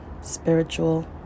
spiritual